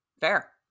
Fair